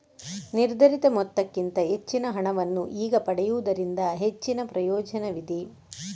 ನಿರ್ಧರಿತ ಮೊತ್ತಕ್ಕಿಂತ ಹೆಚ್ಚಿನ ಹಣವನ್ನು ಈಗ ಪಡೆಯುವುದರಿಂದ ಹೆಚ್ಚಿನ ಪ್ರಯೋಜನವಿದೆ